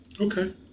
okay